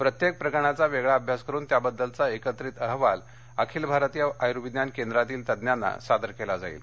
प्रत्येक प्रकरणाचा वेगळा अभ्यास करून त्याबद्दलचा एकत्रित अहवाल अखिल भारतीय आयुर्विज्ञान केंद्रातील तज्ज्ञांना सादर केला जाईल